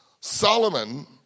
Solomon